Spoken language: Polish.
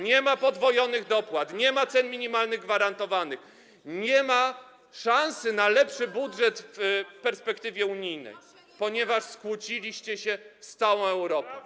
Nie ma podwojonych dopłat, nie ma cen minimalnych gwarantowanych, nie ma szansy na lepszy budżet w perspektywie unijnej, ponieważ skłóciliście się z całą Europą.